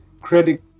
Credit